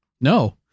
No